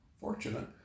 fortunate